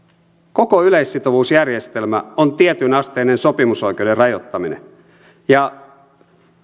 koko yleissitovuusjärjestelmä on tietynasteinen sopimusoikeuden rajoittaminen ja